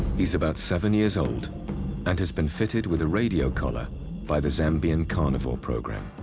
he's about seven years old and has been fitted with a radio collar by the zambian carnivore programme.